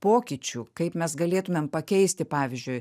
pokyčių kaip mes galėtumėm pakeisti pavyzdžiui